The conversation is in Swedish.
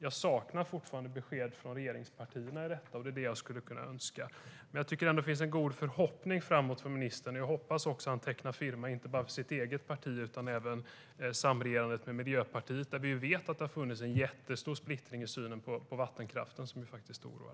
Jag saknar fortfarande besked från regeringspartierna i detta, och det är det jag skulle önska. Det finns ändå en god förhoppning framåt för ministern, och jag hoppas också att han tecknar firma inte bara för sitt eget parti utan också för samregerandet med Miljöpartiet. Vi vet ju att det har funnits en stor splittring i synen på vattenkraften som faktiskt oroar.